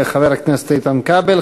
תודה לחבר הכנסת איתן כבל.